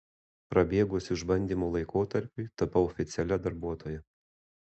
prabėgus išbandymo laikotarpiui tapau oficialia darbuotoja